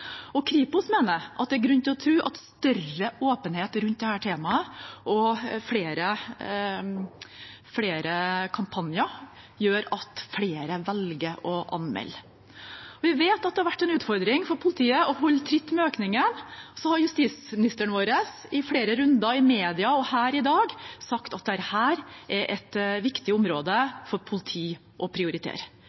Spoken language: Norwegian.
Kripos mener det er grunn til å tro at større åpenhet rundt dette temaet og flere kampanjer gjør at flere velger å anmelde. Vi vet at det har vært en utfordring for politiet å holde tritt med økningen. Justisministeren vår har i flere runder i media og her i dag sagt at dette er et viktig område for politiet å prioritere.